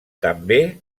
també